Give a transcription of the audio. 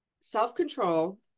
self-control